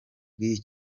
bw’iyi